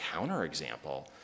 counterexample